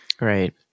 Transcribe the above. Right